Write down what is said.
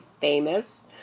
Famous